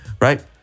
right